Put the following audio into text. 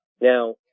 Now